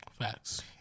facts